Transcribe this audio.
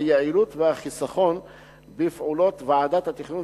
היעילות והחיסכון בפעולות ועדות התכנון